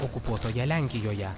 okupuotoje lenkijoje